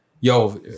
yo